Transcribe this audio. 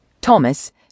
Thomas